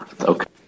okay